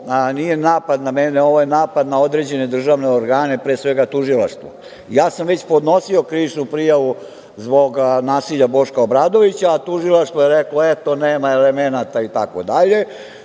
nije napad na mene, ovo je napad na određene državne organe, pre svega, tužilaštvo. Ja sam već podnosio krivičnu prijavu zbog nasilja Boška Obradovića, a tužilaštvo je reklo - eto, nema elemenata i